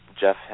Jeff